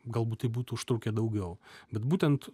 galbūt tai būtų užtrukę daugiau bet būtent